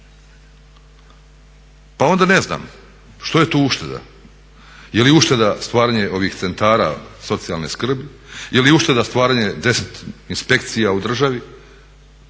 Pa onda ne znam što je tu ušteda, je li ušteda stvaranje ovih centara socijalne skrbi, je li ušteda stvaranje 10 inspekcija u državi